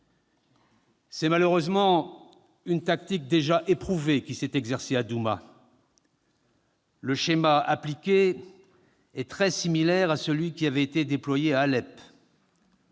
C'est malheureusement une tactique déjà éprouvée qui s'est exercée à Douma. Le schéma appliqué est très similaire à celui qui avait été déployé à Alep.